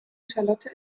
charlotte